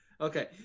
Okay